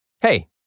Hey